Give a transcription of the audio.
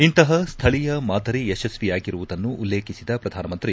ಇಂತಹ ಸ್ಥಳೀಯ ಮಾದರಿ ಯಶಸ್ವಿಯಾಗಿರುವುದನ್ನು ಉಲ್ಲೇಖಿಸಿದ ಪ್ರಧಾನಮಂತ್ರಿ